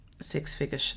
six-figure